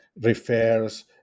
refers